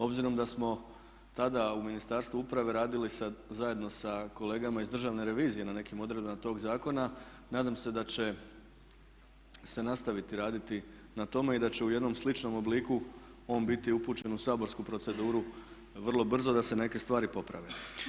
Obzirom da smo tada u Ministarstvu uprave radili zajedno sa kolegama iz Državne revizije na nekim odredbama tog zakona nadam se da će se nastaviti raditi na tome i da će u jednom sličnom obliku on biti upućen u saborsku proceduru vrlo brzo da se neke stvari poprave.